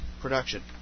production